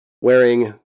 wearing